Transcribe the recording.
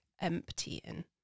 emptying